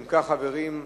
אם כך, חברים,